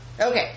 Okay